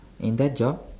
in that job